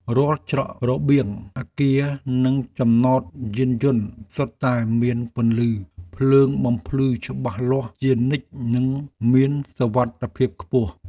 រាល់ច្រករបៀងអគារនិងចំណតយានយន្តសុទ្ធតែមានពន្លឺភ្លើងបំភ្លឺច្បាស់លាស់ជានិច្ចនិងមានសុវត្ថិភាពខ្ពស់។